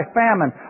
famine